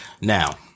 Now